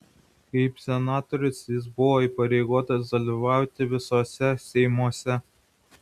kaip senatorius jis buvo įpareigotas dalyvauti visuose seimuose